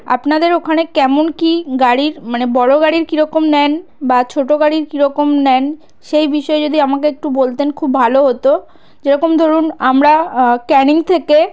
আপনাদের ওখানে কেমন কী গাড়ির মানে বড় গাড়ির কী রকম নেন বা ছোটো গাড়ির কী রকম নেন সেই বিষয়ে যদি আমাকে একটু বলতেন খুব ভালো হতো যেরকম ধরুন আমরা ক্যানিং থেকে